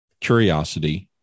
curiosity